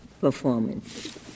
performance